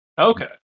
Okay